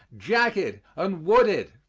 jagged and wooded,